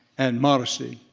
and modesty.